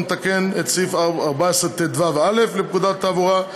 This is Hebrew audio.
המתקן את סעיף 14טו(א) לפקודת התעבורה,